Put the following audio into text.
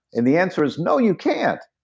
and the answer is, no, you can't,